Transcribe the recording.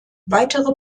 weitere